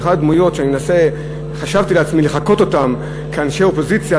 אבל אחת הדמויות שחשבתי לעצמי לחקות אותה כאיש אופוזיציה,